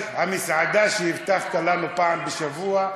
המסעדה שהבטחת לנו פעם בשבוע,